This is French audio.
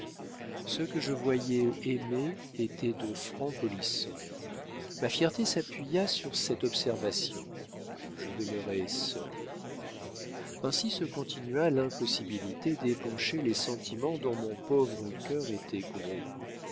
ceux que je voyais aimés étaient de francs polissons ma fierté s'appuya sur cette observation je demeurai seul ainsi se continua l'impossibilité d'épancher les sentiments dont mon pauvre cœur était gros